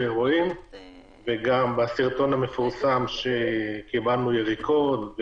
בסרטון המפורסם שבו רואים קיבלנו יריקות,